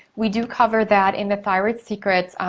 we do cover that in the thyroid secret,